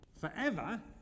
forever